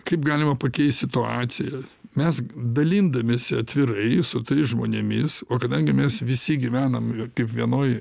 kaip galima pakeist situaciją mes dalindamiesi atvirai su tais žmonėmis o kadangi mes visi gyvenam kiekvienoj